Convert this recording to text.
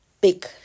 big